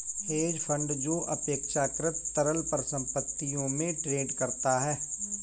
hedge fund जो अपेक्षाकृत तरल परिसंपत्तियों में ट्रेड करता है